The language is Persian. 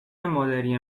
مادری